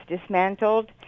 dismantled